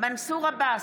מנסור עבאס,